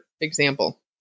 example